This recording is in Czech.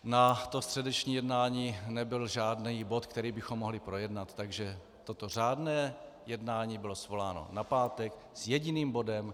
Na středeční jednání nebyl žádný bod, který bychom mohli projednat, takže toto řádné jednání bylo svoláno na pátek s jediným bodem.